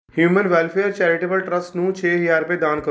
human welfare charitable trust ਨੂੰ ਛੇ ਹਜ਼ਾਰ ਰੁਪਏ ਦਾਨ ਕ